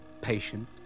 Patient